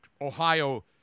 Ohio